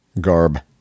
garb